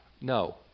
no